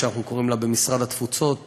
שאנחנו קוראים לה במשרד התפוצות,